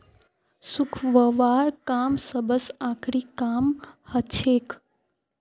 सुखव्वार काम सबस आखरी काम हछेक